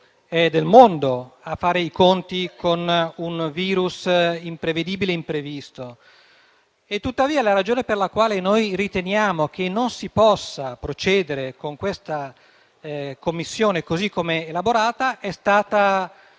del mondo nel fare i conti con un virus imprevedibile e imprevisto. Tuttavia, le ragioni per le quali noi riteniamo che non si possa procedere con questa Commissione così come elaborata sono state